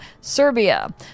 Serbia